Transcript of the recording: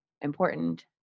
important